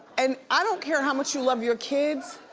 and i don't care how much you love your kids,